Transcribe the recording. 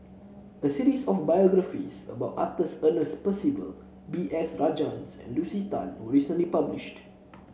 a series of biographies about Arthur Ernest Percival B S Rajhans and Lucy Tan was recently published